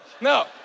no